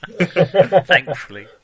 Thankfully